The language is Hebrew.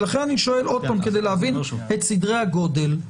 לכן אני שואל עוד פעם כדי להבין את סדרי הגודל.